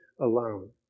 alone